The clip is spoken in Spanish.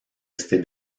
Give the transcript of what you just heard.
este